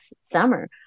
summer